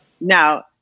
Now